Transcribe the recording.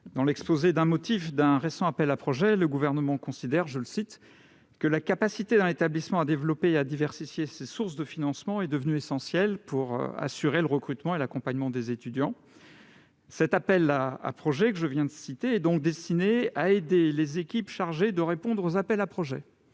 dans l'exposé des motifs d'un récent appel à projets, le Gouvernement considère que « la capacité d'un établissement à développer et à diversifier ses sources de financement est devenue essentielle » pour « assurer le recrutement et l'accompagnement des étudiants ». Cet appel à projets est donc destiné à aider les équipes chargées de répondre aux appels à projets.